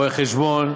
רואי-חשבון,